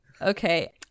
Okay